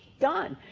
done!